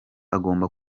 agomba